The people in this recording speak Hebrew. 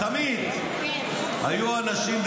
תמיד היו אנשים,